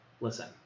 listen